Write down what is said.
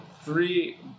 Three